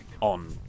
on